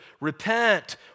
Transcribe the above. repent